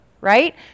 right